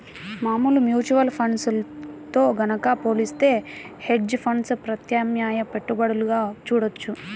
మామూలు mutual funds తో గనక పోలిత్తే హెడ్జ్ ఫండ్స్ ప్రత్యామ్నాయ పెట్టుబడులుగా చూడొచ్చు